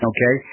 Okay